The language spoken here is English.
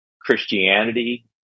Christianity